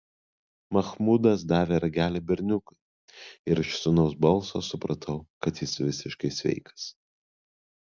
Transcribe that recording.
machmudas davė ragelį berniukui ir iš sūnaus balso supratau kad jis visiškai sveikas